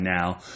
now